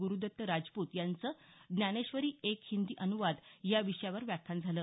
गुरूदत्त राजपुत यांचं ज्ञानेश्वरी एक हिंदी अनुवाद या विषयावर व्याख्यान झालं